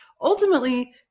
ultimately